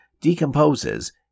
decomposes